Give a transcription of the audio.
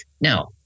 Now